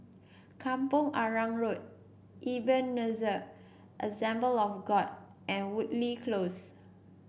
Kampong Arang Road Ebenezer Assembly of God and Woodleigh Close